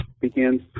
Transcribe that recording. begins